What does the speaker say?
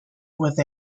with